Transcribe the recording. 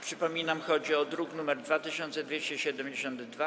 Przypominam, że chodzi o druk nr 2272.